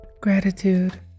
Gratitude